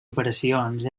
operacions